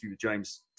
James